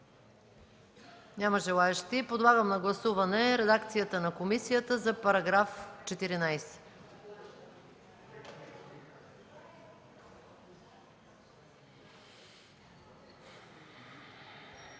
Няма желаещи. Подлагам на гласуване редакцията на комисията за § 14.